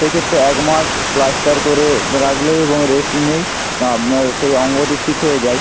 সে ক্ষেত্রে এক মাস প্লাস্টার করে রাখলে এবং রেস্ট নিলেই তা আপনার সেই অঙ্গটি ঠিক হয়ে যায়